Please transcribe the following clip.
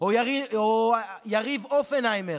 או יריב אופנהיימר,